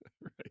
right